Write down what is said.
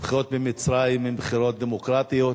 הבחירות במצרים הן בחירות דמוקרטיות.